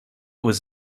was